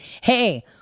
hey